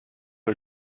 are